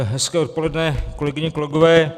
Hezké odpoledne, kolegyně, kolegové.